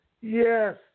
Yes